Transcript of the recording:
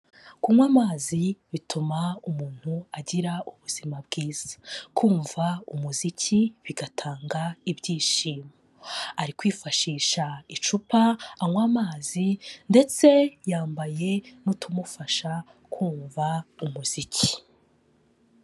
Kunywa amazi bituma umuntu agira ubuzima bwiza, kumva umuziki bigatanga ibyishimo, ari kwifashisha icupa anywa amazi ndetse yambaye n'utumufasha kumva umuziki.